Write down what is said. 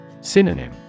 Synonym